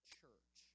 Church